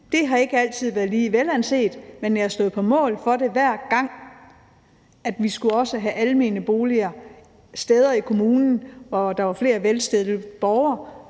Det har ikke altid været lige velanset, men jeg stod på mål for det hver gang, i forhold til at vi også skulle have almene boliger steder i kommunen, hvor der var flere velstillede borgere.